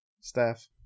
staff